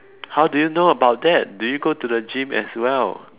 how do you know about that do you go to the gym as well